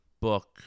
book